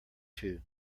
two